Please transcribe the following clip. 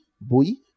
Bui